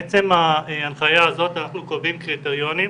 מעצם הנחיה זו אנחנו קובעים קריטריונים